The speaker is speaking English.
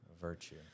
virtue